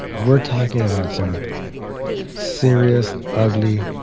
we're talking about some serious, ugly,